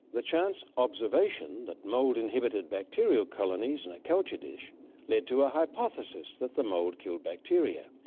the chance observation that mould inhibited bacterial colonies in a culture dish led to a hypothesis that the mould killed bacteria.